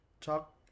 talk